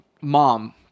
mom